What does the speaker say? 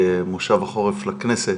לכל אישה